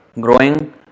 growing